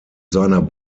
seiner